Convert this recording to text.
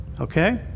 Okay